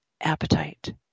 appetite